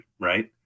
right